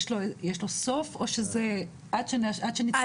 יש לו סוף או שזה עד שנצטרך- --?